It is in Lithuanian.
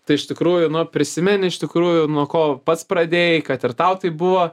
tai iš tikrųjų nu prisimeni iš tikrųjų nuo ko pats pradėjai kad ir tau taip buvo